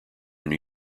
new